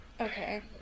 Okay